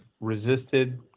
resisted